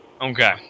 Okay